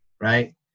right